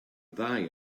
ddau